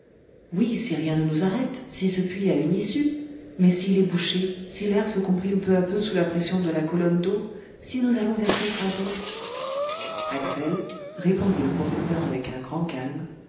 oui si rien ne nous arrête si ce puits a une issue mais s'il est bouché si l'air se comprime peu à peu sous la pression de la colonne d'eau si nous allons être écrasés axel répondit le professeur avec un grand calme